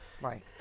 Right